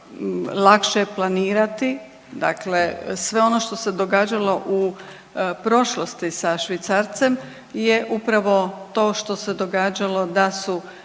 lakše planirati, dakle sve ono što se događalo u prošlosti sa švicarcem je upravo to što se događalo da su